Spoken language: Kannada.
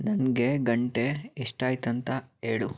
ನನಗೆ ಗಂಟೆ ಎಷ್ಟಾಯ್ತಂತ ಹೇಳು